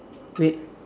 red